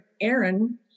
Aaron